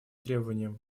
требованиям